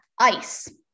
ice